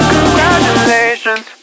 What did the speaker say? Congratulations